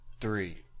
three